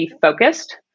focused